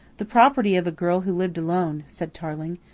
the property of a girl who lived alone, said tarling.